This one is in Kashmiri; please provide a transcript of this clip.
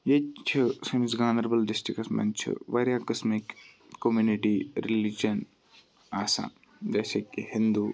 ییٚتہِ چھُ سٲنِس گاندَربَل ڈِسٹرکَس مَنٛز چھِ واریاہ قٕسمٕک کوٚمنٹی ریٚلِجَن آسان جیسے کہ ہِندو